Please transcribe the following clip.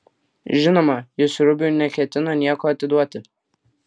žinoma jis rubiui neketino nieko atiduoti